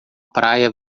praia